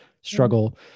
struggle